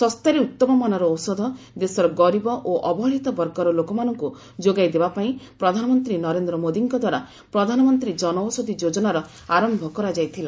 ଶସ୍ତାରେ ଉତ୍ତମମାନର ଔଷଧ ଦେଶର ଗରିବ ଓ ଅବହେଳିତ ବର୍ଗର ଲୋକମାନଙ୍କୁ ଯୋଗାଇ ଦେବା ପାଇଁ ପ୍ରଧାନମନ୍ତ୍ରୀ ନରେନ୍ଦ୍ର ମୋଦୀଙ୍କ ଦ୍ୱାରା ପ୍ରଧାନମନ୍ତ୍ରୀ ଜନଔଷଧୀ ଯୋଜନାର ଆରମ୍ଭ କରାଯାଇଥିଲା